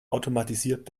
automatisiert